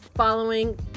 Following